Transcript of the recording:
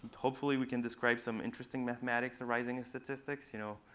hopefully we can describe some interesting mathematics arising in statistics. you know,